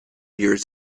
years